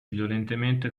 violentemente